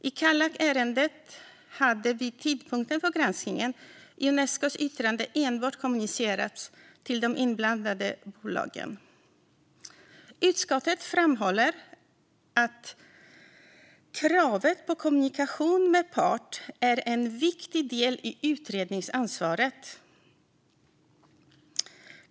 I Kallakärendet hade vid tidpunkten för granskningen Unescos yttrande enbart kommunicerats till de inblandade bolagen. Utskottet framhåller att kravet på kommunikation med part är en viktig del i utredningsansvaret.